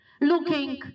looking